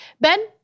Ben